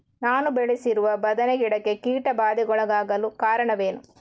ನಾನು ಬೆಳೆಸಿರುವ ಬದನೆ ಗಿಡಕ್ಕೆ ಕೀಟಬಾಧೆಗೊಳಗಾಗಲು ಕಾರಣವೇನು?